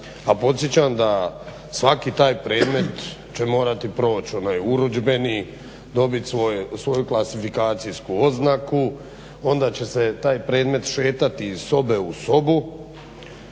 podsjećam da svaki taj predmet će morati proći onaj urudžbeni, dobit svoju klasifikacijsku oznaku, onda će se taj predmet šetati iz sobe u sobu